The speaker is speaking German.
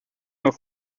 noch